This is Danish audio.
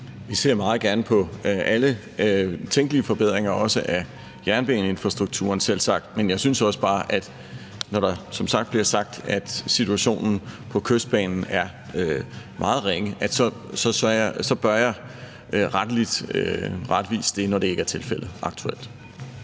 Vi ser meget gerne på alle tænkelige forbedringer, selvsagt også af jernbaneinfrastrukturen. Men jeg synes også bare, at når der bliver sagt, at situationen på Kystbanen er meget ringe, så bør jeg rette det, når det aktuelt ikke er tilfældet. Kl.